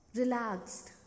relaxed